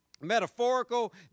metaphorical